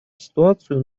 ситуацию